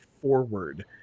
Forward